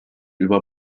über